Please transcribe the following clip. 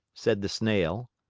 said the snail.